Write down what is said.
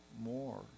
more